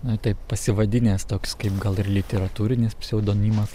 na taip pasivadinęs toks kaip gal ir literatūrinis pseudonimas